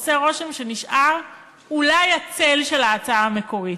עושה רושם שנשאר אולי הצל של ההצעה המקורית.